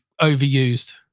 overused